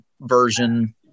version